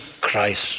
Christ